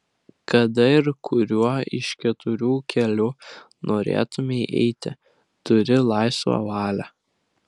kada ir kuriuo iš keturių kelių norėtumei eiti turi laisvą valią